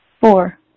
Four